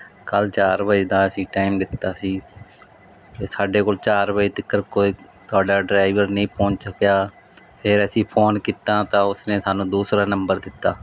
ਕੱਲ ਚਾਰ ਵਜੇ ਦਾ ਅਸੀਂ ਟਾਈਮ ਦਿੱਤਾ ਸੀ ਤੇ ਸਾਡੇ ਕੋਲ ਚਾਰ ਵਜੇ ਤੀਕਰ ਕੋਈ ਤੁਹਾਡਾ ਡਰਾਈਵਰ ਨਹੀਂ ਪਹੁੰਚ ਸਕਿਆ ਫਿਰ ਅਸੀਂ ਫੋਨ ਕੀਤਾ ਤਾਂ ਉਸਨੇ ਸਾਨੂੰ ਦੂਸਰਾ ਨੰਬਰ ਦਿੱਤਾ